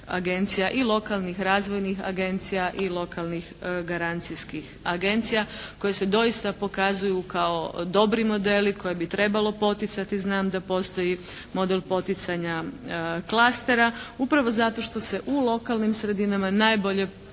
i lokalnih razvojnih agencija i lokalnih garancijskih agencija koje se doista pokazuju kao dobri modeli koje bi trebalo poticati. Znam da postoji model poticanja klastera upravo zato što se u lokalnim sredinama najbolje